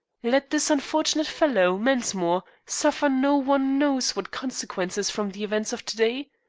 let this unfortunate fellow, mensmore, suffer no one knows what consequences from the events of to-day?